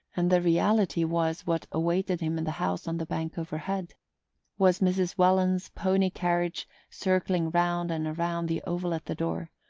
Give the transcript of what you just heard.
and the reality was what awaited him in the house on the bank overhead was mrs. welland's pony-carriage circling around and around the oval at the door,